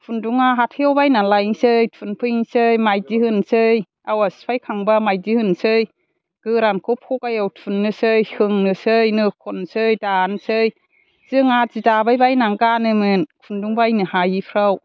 खुन्दुङा हाथायाव बायनानै लायनोसै थुनफैनोसै माइदि होनोसै आवा सिफायखांबा माइदि होनोसै गोरानखौ फगायाव थुननोसै सोंनोसै नो खननोसै दानोसै जों आदि दाबायबायनानै गानोमोन खुन्दुं बायनो हायिफ्राव